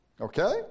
Okay